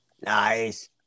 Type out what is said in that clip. Nice